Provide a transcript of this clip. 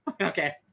Okay